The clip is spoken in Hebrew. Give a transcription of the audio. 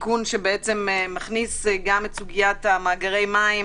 התיקון שבעצם מכניס גם את סוגיית מאגרי המים